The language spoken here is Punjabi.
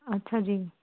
ਅੱਛਾ ਜੀ